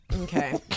Okay